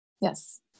yes